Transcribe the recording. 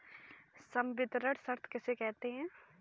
संवितरण शर्त किसे कहते हैं?